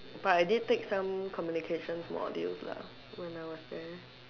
but I did take some communication modules lah when I was there